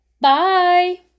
Bye